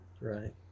Right